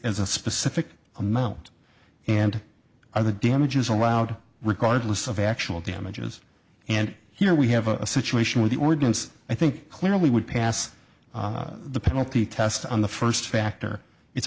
as a specific amount and are the damages allowed regardless of actual damages and here we have a situation where the ordinance i think clearly would pass the penalty test on the first factor it's